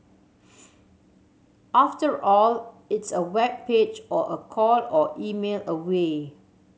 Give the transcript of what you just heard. after all it's a web page or a call or email away